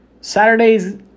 Saturdays